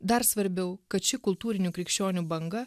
dar svarbiau kad ši kultūrinių krikščionių banga